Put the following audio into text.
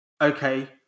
okay